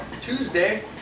Tuesday